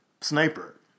sniper